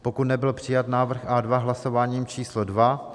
pokud nebyl přijat návrh A2 hlasováním číslo dvě